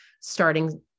starting